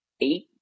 eight